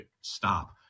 stop